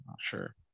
sure